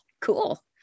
Cool